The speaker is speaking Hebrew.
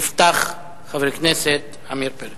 יפתח חבר הכנסת עמיר פרץ.